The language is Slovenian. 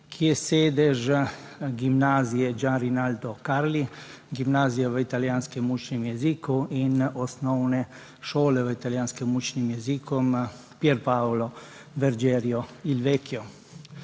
je sedež gimnazije Gian Rinaldo Carli, gimnazije v italijanskem učnem jeziku in osnovne šole v italijanskem učnem jeziku Pier Paolo Vergerio il Vecchio.